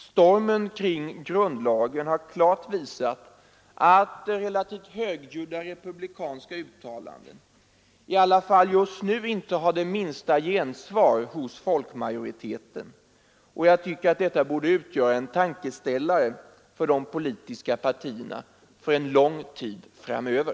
Stormen kring grundlagen har klart visat att relativt högljudda republikanska uttalanden i alla fall just nu inte har det minsta gensvar hos folkmajoriteten. Detta borde utgöra en tankeställare för de politiska partierna under en lång tid framöver.